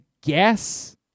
guess